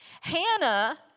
Hannah